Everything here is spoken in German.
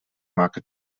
marke